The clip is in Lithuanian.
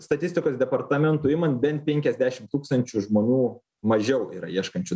statistikos statistikos departamento imant bent penkiasdešim tūkstančių žmonių mažiau yra ieškančių